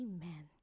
Amen